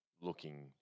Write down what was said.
looking